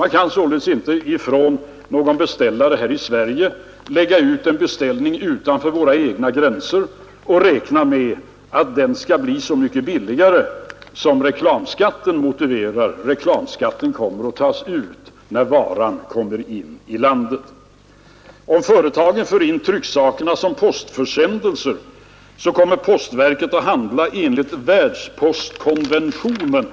Någon beställare här i Sverige kan således inte lägga ut en beställning utanför våra egna gränser och räkna med att den skall bli så mycket billigare som reklamskatten motiverar — reklamskatten tas ut när varan kommer in i landet. Om ett företag för in trycksakerna som postförsändelser kommer postverket att handla enligt världspostkonventionen.